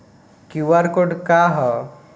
QR code का ह?